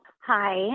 Hi